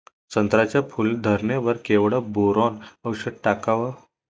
संत्र्याच्या फूल धरणे वर केवढं बोरोंन औषध टाकावं?